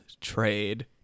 trade